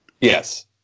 Yes